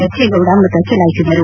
ಬಚ್ಚೇಗೌಡ ಮತ ಚಲಾಯಿಸಿದರು